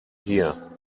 here